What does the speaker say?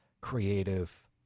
creative